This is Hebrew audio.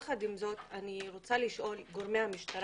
יחד עם זאת, אני רוצה לשאול את גורמי המשטרה